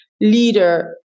leader